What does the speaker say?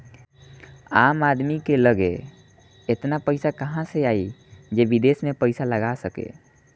आम आदमी की लगे एतना पईसा कहवा से आई जे विदेश में पईसा लगा सके